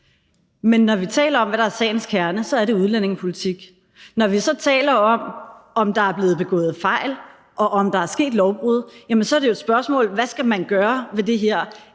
Men når vi taler om, hvad der er sagens kerne, er det udlændingepolitik. Når vi så taler om, om der er blevet begået fejl, og om der er sket lovbrud, jamen så er spørgsmålet jo: Hvad skal man gøre ved det her?